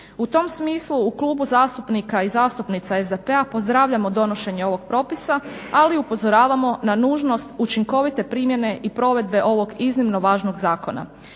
U tom smislu u Klubu zastupnika i zastupnica SDP-a pozdravljamo donošenje ovog propisa, ali upozoravamo na nužnost učinkovite primjene i provedbe ovog iznimno važnog zakona.